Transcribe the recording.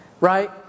right